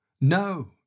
no